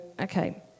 okay